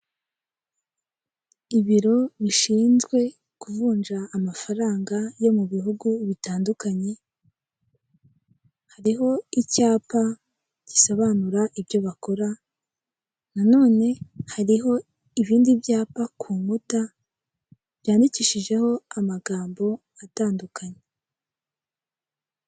Inzu y'ubucuruzi bugezweho, irimo abantu benshi batandukanye, harimo umugabo wambaye umupira usa umukara n'ipantaro y'ikigina, hakurya ye mu ruhande rw'ibumoso hakaba harimo akabati gasize irangi ritukura karimo ibicuruzwa bitandukanye.